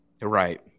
Right